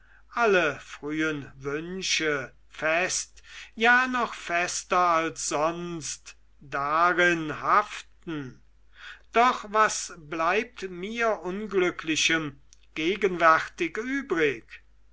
alle frühen wünsche fest ja noch fester als sonst darin haften doch was bleibt mir unglücklichem gegenwärtig übrig